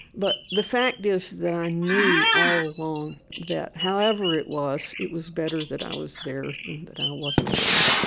but the fact is that i knew all along that, however it was, it was better that i was there than that i wasn't there,